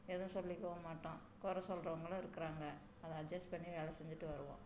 எதுவும் சொல்லிக்கவும் மாட்டோம் குற சொல்கிறவுங்களும் இருக்கிறாங்க அதை அஜ்ஜஸ் பண்ணி வேலை செஞ்சிகிட்டு வருவோம்